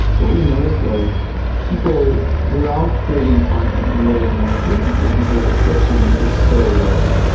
what we noticed was people we are all creating content way more frequently because the friction is so low.